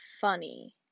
funny